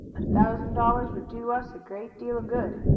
a thousand dollars would do us a great deal of good.